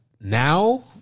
now